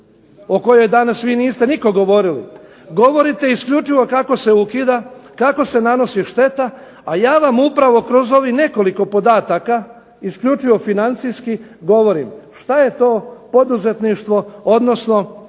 o kojoj danas vi niste nitko govorili. Govorite isključivo kako se ukida, kako se nanosi šteta, a ja vam upravo kroz ovih nekoliko podataka isključivo financijskih govorim što je to poduzetništvo, odnosno